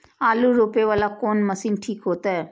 आलू रोपे वाला कोन मशीन ठीक होते?